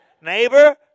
neighbor